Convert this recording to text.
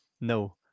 no